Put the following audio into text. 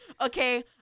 Okay